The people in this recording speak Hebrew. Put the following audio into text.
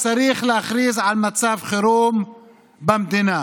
צריך להכריז על מצב חירום במדינה,